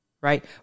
Right